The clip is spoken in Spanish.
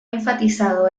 enfatizado